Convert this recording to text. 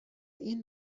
این